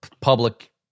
public